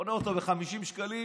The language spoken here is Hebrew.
קונה אותו ב-50 שקלים